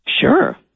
Sure